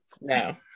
No